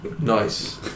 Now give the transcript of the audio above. Nice